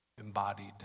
embodied